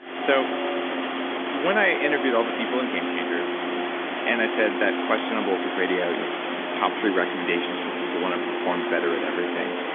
so when i interviewed all the people in game changers and i said that question on bulletproof radio you know top three recommendations for people who want to perform better at everything,